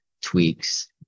tweaks